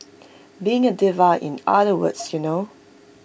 being A diva in other words you know